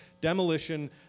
demolition